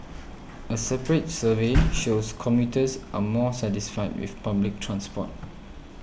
a separate survey shows commuters are more satisfied with public transform